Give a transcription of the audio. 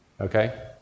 okay